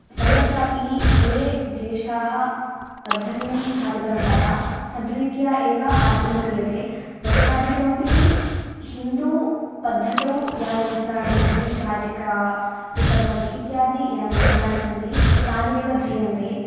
सर्वत्रापि ये ज्येष्ठाः पद्धतिं स्थापितवन्तः तद्रीत्या एव आचरणं क्रियते वस्त्राधिकमपि हिन्दूपद्धतौ यानि वस्त्राणि सन्ति शाटिका युतकम् इत्यादि यानि वस्त्राणि सन्ति तानि एव ध्रियन्ते